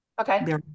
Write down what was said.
Okay